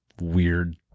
weird